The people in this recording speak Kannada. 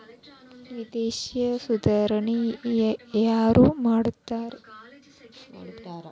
ವಿತ್ತೇಯ ಸುಧಾರಣೆ ಯಾರ್ ಮಾಡ್ತಾರಾ